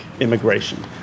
immigration